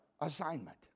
assignment